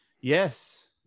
yes